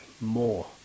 more